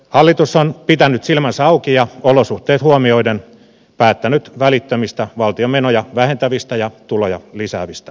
hallitus on pitänyt silmänsä auki ja olosuhteet huomioiden päättänyt välittömistä valtion menoja vähentävistä ja tuloja lisäävistä toimista